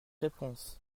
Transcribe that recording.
réponse